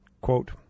Quote